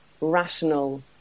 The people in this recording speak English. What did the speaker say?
rational